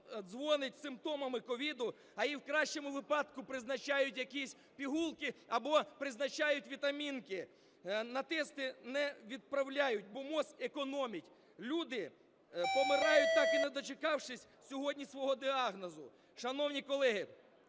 дзвонить з симптомами COVID, а їй, в кращому, випадку призначають якісь пігулки або призначають вітамінки. На тести не відправляють, бо МОЗ економить. Люди помирають, так і не дочекавшись сьогодні свого діагнозу. Шановні колеги,